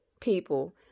people